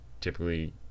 typically